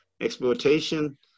exploitation